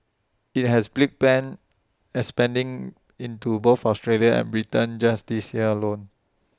IT has big plans expanding into both Australia and Britain just this year alone